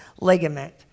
ligament